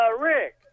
Rick